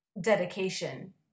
dedication